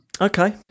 Okay